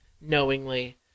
knowingly